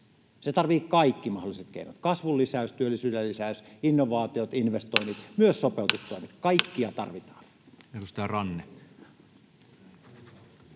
tarvitsee kaikki mahdolliset keinot — kasvun lisäys, työllisyyden lisäys, innovaatiot, investoinnit, myös sopeutustoimet — kaikkia tarvitaan.